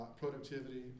productivity